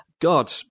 God